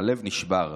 הלב נשבר.